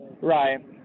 Right